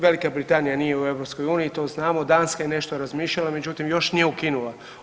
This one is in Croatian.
Velika Britanija nije u EU i to znamo, Danska je nešto razmišljala međutim još nije ukinula.